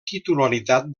titularitat